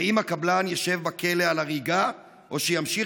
האם הקבלן ישב בכלא על הריגה או שימשיך